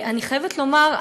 אני חייבת לומר,